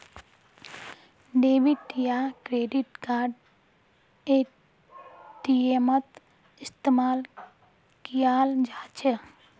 debit या credit card एटीएमत इस्तेमाल कियाल जा छ